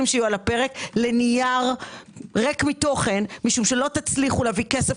שיהיו על הפרק לנייר ריק מתוכן כי לא תצליחו להביא כסף